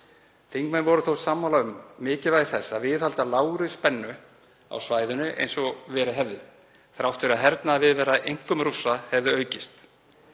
Þingmenn voru þó sammála um mikilvægi þess að viðhalda lágri spennu á svæðinu eins og verið hefði, þrátt fyrir að hernaðarviðvera, einkum Rússa, hefði aukist.